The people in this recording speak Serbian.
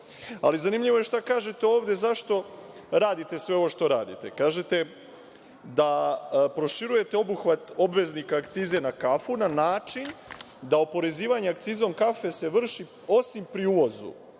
Ali, zanimljivo je šta kažete ovde zašto radite sve ovo što radite. Kažete da proširujete obuhvat obveznika akcize na kafu na način da oporezivanje akcizom kafe se vrši, osim pri uvozu,